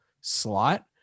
slot